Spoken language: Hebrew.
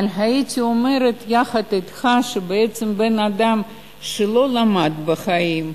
אבל הייתי אומרת יחד אתך שבעצם אדם שלא למד בחיים,